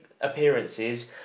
appearances